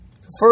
First